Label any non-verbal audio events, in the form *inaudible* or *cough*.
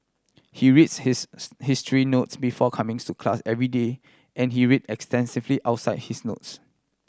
he reads his *unintelligible* history notes before comings to class every day and he read extensively outside his notes